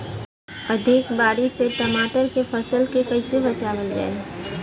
अधिक बारिश से टमाटर के फसल के कइसे बचावल जाई?